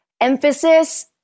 emphasis